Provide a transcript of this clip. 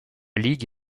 ligue